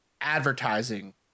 advertising